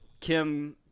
Kim